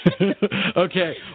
okay